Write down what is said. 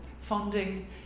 funding